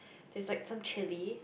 there's like some chilli